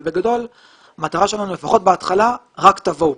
בגדול המטרה שלנו, לפחות בהתחלה, רק תבואו.